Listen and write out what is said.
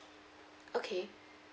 okay